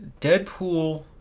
Deadpool